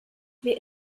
wir